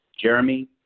Jeremy